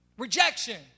rejection